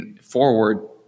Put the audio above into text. forward